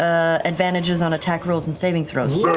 ah advantages on attack rolls and saving throws.